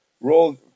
roll